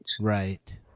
Right